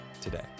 today